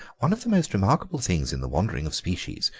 one of the most remarkable things in the wanderings of species,